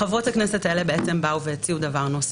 חברות הכנסת האלה הציעו דבר נוסף.